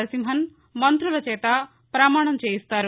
నరసింహన్ మంత్రుల చేత పమాణం చేయిస్తారు